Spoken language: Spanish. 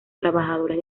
trabajadores